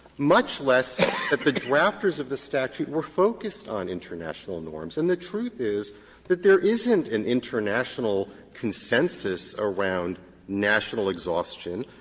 much less that the drafters of the statute were focused on international norms and the truth is that there isn't an international consensus around national exhaustion.